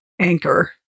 anchor